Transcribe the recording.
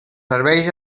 serveis